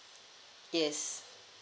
yes